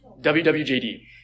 WWJD